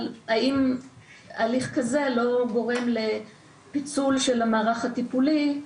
האם הליך כזה לא גורם לפיצול של המערך הטיפולי,